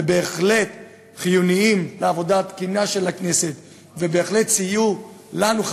ובהחלט הם חיוניים לעבודה התקינה של הכנסת ובהחלט סייעו לנו,